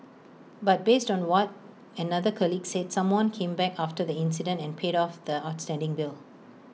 but based on what another colleague said someone came back after the incident and paid off the outstanding bill